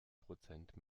prozent